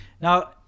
Now